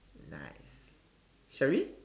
nice shall we